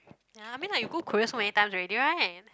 ya I mean like you go Korea so many times already right